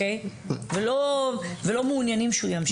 ולא מעוניינים שהוא ימשיך.